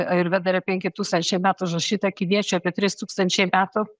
ajurveda yra penki tūkstančiai metų užrašyta kiniečių apie trys tūkstančiai metų